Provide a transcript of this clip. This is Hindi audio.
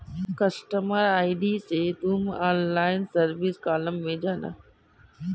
कस्टमर आई.डी से तुम ऑनलाइन सर्विस कॉलम में जाना